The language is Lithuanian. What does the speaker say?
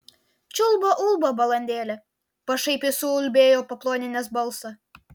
čiulba ulba balandėlė pašaipiai suulbėjo paploninęs balsą